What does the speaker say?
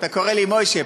אתה קורא לי מוישה,